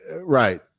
Right